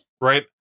Right